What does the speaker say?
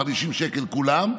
50 שקלים לכולם,